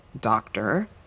doctor